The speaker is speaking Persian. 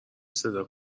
صدا